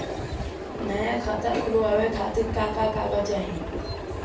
नया खाता खुलवाए खातिर का का कागज चाहीं?